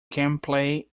gameplay